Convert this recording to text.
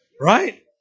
right